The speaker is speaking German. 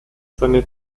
seine